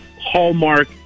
hallmark